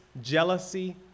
jealousy